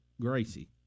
gracie